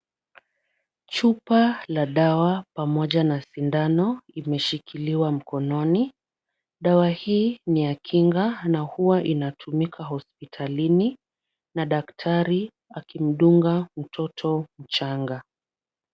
Chupa la dawa pamoja na sindano imeshikiliwa mkononi. Dawa hii ni ya kinga na huwa inatumika hospitalini na daktari akimdunga mtoto mchanga.